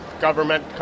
government